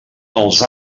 els